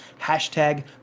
hashtag